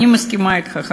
אני מסכימה אתך,